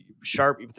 sharp